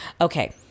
okay